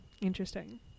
interesting